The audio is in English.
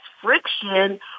friction